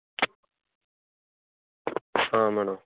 madam